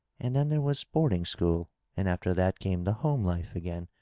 and then there was boarding-school and after that came the home-life again,